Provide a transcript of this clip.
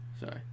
sorry